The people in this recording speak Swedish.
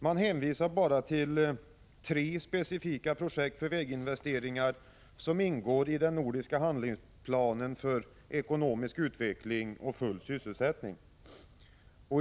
Man hänvisar bara till tre specifika projekt för väginvesteringar som ingår i den nordiska handlingsplanen för ekonomisk utveckling och full sysselsättning.